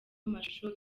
amashusho